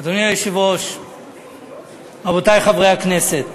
אני רוצה לספר לחברי הכנסת